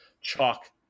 chalk